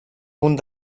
punt